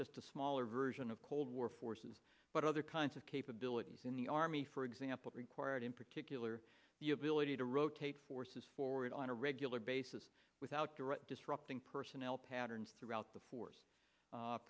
just a smaller version of cold war forces but other kinds of capabilities in the army for example required in particular the ability to rotate forces forward on a regular basis without direct disrupting personnel patterns throughout the force